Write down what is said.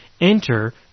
enter